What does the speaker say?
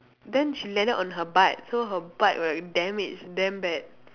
then she landed on her butt so her butt like damaged damn bad